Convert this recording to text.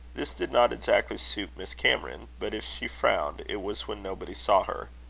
this did not exactly suit miss cameron, but if she frowned, it was when nobody saw her.